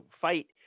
fight